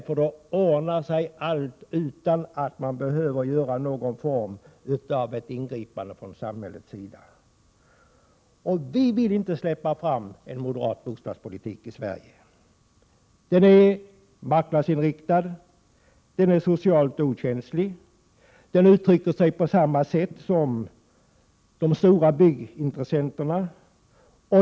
Då ordnar sig allt utan att det behövs något ingripande från samhällets sida. Vi vill inte släppa fram en moderat bostadspolitik i Sverige. Den är marknadsinriktad, socialt okänslig och uttrycker sig på samma sätt som de stora byggintressenterna.